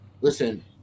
listen